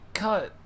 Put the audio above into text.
cut